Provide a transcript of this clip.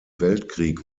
weltkrieg